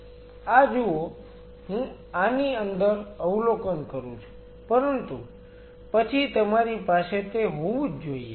આ જુઓ હું આની અંદર અવલોકન કરું છું પરંતુ પછી તમારી પાસે તે હોવું જ જોઈએ